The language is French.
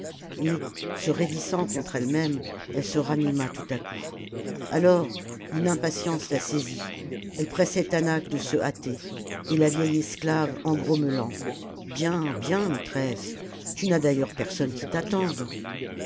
et se raidissant contre elle-même elle se ranima tout à coup alors une impatience la saisit elle pressait taanach de se hâter et la vieille esclave en grommelant bien bien maîtresse tu n'as d'ailleurs personne qui t'attende